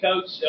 Coach